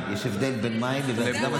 יש הבדל בין מים לבואש.